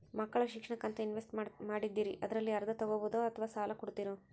ಮಕ್ಕಳ ಶಿಕ್ಷಣಕ್ಕಂತ ಇನ್ವೆಸ್ಟ್ ಮಾಡಿದ್ದಿರಿ ಅದರಲ್ಲಿ ಅರ್ಧ ತೊಗೋಬಹುದೊ ಅಥವಾ ಸಾಲ ಕೊಡ್ತೇರೊ?